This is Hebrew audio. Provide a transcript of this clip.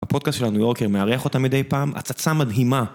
הפודקאסט של הניו יורקר מארח אותם מדי פעם, הצצה מדהימה.